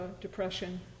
depression